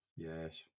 Yes